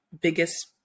biggest